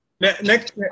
Next